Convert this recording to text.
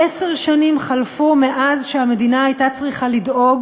עשר שנים חלפו מאז הייתה המדינה צריכה לדאוג